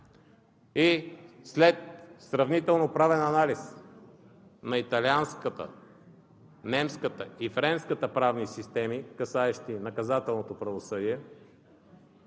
и след сравнително-правен анализ на италианската, немската и френската правни системи, касаещи наказателното правосъдие.